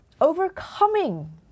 overcoming